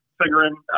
figuring